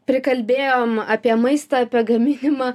prikalbėjom apie maistą apie gaminimą